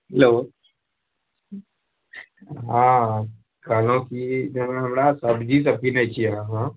hello हँ कहलहुँ कि जब हमरा सब्जीसभ किनैत छियै अहाँ